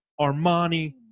Armani